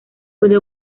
puede